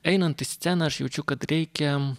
einant į sceną aš jaučiu kad reikia